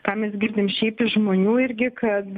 ką mes girdim šiaip iš žmonių irgi kad